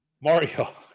Mario